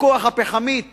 הכוח הפחמית